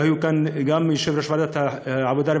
והיה כאן גם יושב-ראש ועדת העבודה,